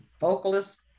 vocalist